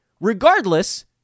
regardless